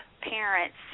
parents